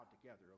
together